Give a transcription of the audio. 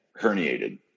herniated